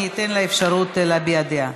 אני אתן לה אפשרות להביע דעה.